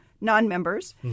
non-members